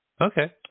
Okay